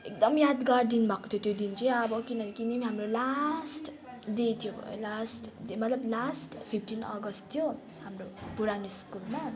एकदम यादगार दिन भएको थियो त्यो दिन चाहिँ अब हाम्रो किनकि लास्ट डे थियो लास्ट डे मतलब लास्ट फिप्टिन अगस्ट थियो हाम्रो पुरानो स्कुलमा